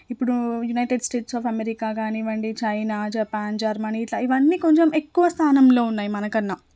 ఇప్పుడు united states of America కానివ్వండి China Japan Germany ఇట్లా ఇవన్నీ కొంచెం ఎక్కువ స్థానంలో ఉన్నాయి మనకన్నా